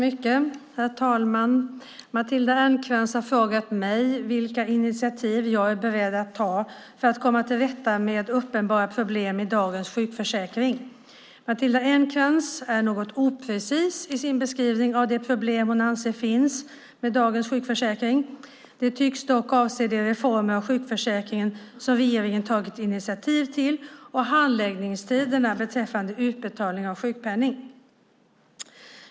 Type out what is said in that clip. Herr talman! Matilda Ernkrans har frågat mig vilka initiativ jag är beredd att ta för att komma till rätta med uppenbara problem i dagens sjukförsäkring. Matilda Ernkrans är något oprecis i sin beskrivning av de problem hon anser finns med dagens sjukförsäkring. Den tycks dock avse de reformer av sjukförsäkringen som regeringen tagit initiativ till och handläggningstiderna beträffande utbetalning av sjukpenning.